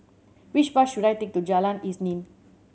which bus should I take to Jalan Isnin